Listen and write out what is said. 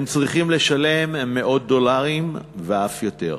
הם צריכים לשלם מאות דולרים ואף יותר.